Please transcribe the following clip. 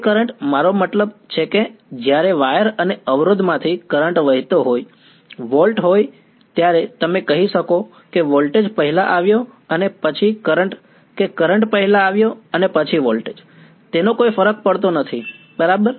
તે કરંટ મારો મતલબ છે કે જ્યારે વાયર અને અવરોધમાંથી કરંટ વહેતો હોય વોલ્ટ હોય ત્યારે તમે કહી શકો કે વોલ્ટેજ પહેલા આવ્યો અને પછી કરંટ કે કરંટ પહેલા આવ્યો અને પછી વોલ્ટેજ તેનો કોઈ ફરક પડ્તો નથી બરાબર